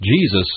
Jesus